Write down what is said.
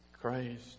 Christ